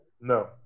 No